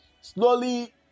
slowly